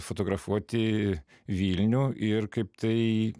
fotografuoti vilnių ir kaip tai